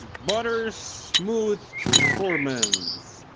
butter smooth performance.